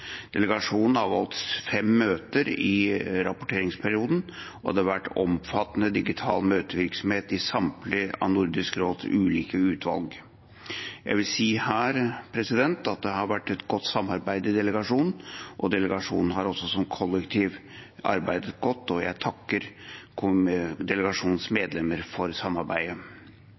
Delegasjonen har valgt fem møter i rapporteringsperioden, og det har vært omfattende digital møtevirksomhet i samtlige av Nordisk råds ulike utvalg. Jeg vil si her at det har vært et godt samarbeid i delegasjonen. Delegasjonen har som kollektiv arbeidet godt, og jeg takker delegasjonens medlemmer for samarbeidet.